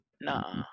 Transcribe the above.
Nah